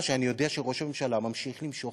שאני יודע שראש הממשלה ממשיך למשוך